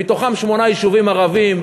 מתוכם שמונה יישובים ערביים,